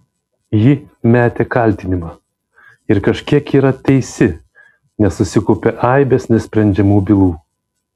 ji metė kaltinimą ir kažkiek yra teisi nes susikaupė aibės nesprendžiamų bylų